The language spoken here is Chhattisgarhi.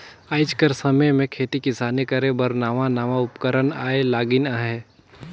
आएज कर समे में खेती किसानी करे बर नावा नावा उपकरन आए लगिन अहें